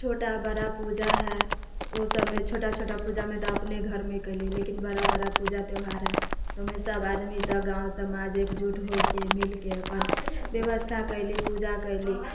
छोटा बड़ा पूजा है ओ सभमे छोटा छोटा पूजामे तऽ अपने घरमे कयलीह लेकिन बड़ा बड़ा पूजा त्यौहार है तऽ ओहिमे सभ आदमी सभ गाँव समाज एकजुट होके मिलके अपन व्यवस्था कयलीह पूजा कयलीह